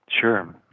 Sure